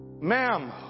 ma'am